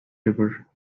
river